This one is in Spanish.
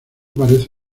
parece